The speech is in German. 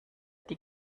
die